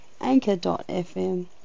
Anchor.fm